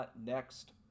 next